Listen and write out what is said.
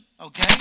okay